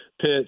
pitch